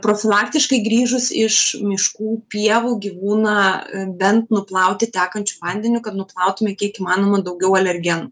profilaktiškai grįžus iš miškų pievų gyvūną bent nuplauti tekančiu vandeniu kad nuplautume kiek įmanoma daugiau alergenų